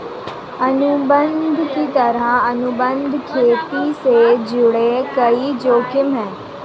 अनुबंध की तरह, अनुबंध खेती से जुड़े कई जोखिम है